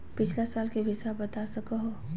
पिछला साल के हिसाब बता सको हो?